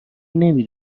نمی